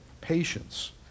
patience